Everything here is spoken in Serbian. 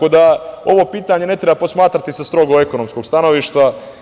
Ovo pitanje ne treba posmatrati sa strogo ekonomskog stanovišta.